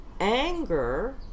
anger